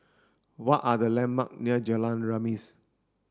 what are the landmark near Jalan Remis